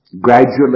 gradually